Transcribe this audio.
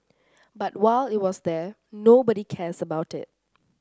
but while it was there nobody cares about it